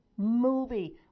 movie